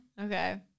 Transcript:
Okay